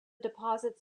deposits